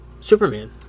Superman